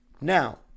Now